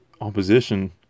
opposition